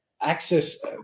access